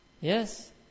Yes